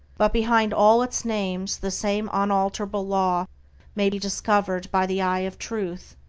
but behind all its names the same unalterable law may be discovered by the eye of truth.